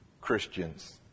Christians